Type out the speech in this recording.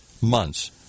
months